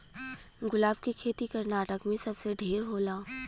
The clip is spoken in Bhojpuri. गुलाब के खेती कर्नाटक में सबसे ढेर होला